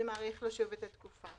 זה מאריך לו את התקופה.